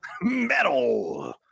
Metal